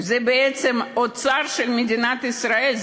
זה בעצם אוצר של מדינת ישראל,